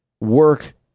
work